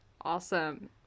Awesome